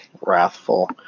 wrathful